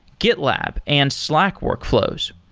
gitlab and slack workflows.